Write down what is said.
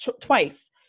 twice